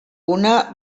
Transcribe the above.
una